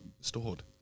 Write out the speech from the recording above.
stored